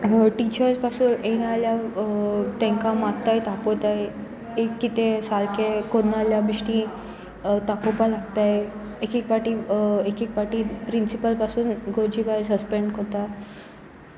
teachers पासून येना जाल्या तांकां मारताय तापोताय एक कितें सारकें करतल्या बिश्टी तापोवपा लागताय एक एक पाटी एक एक पाटी प्रिंसिपल पासून गरजी भायर सस्पेंड करता